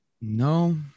No